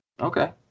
okay